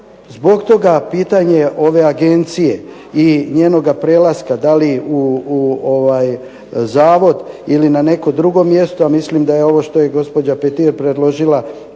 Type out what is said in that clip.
Zbog toga pitanje ove agencije i njenoga prelaska da li u zavod ili na neko drugo mjesto, a mislim da je ovo što je i gospođa Petir predložila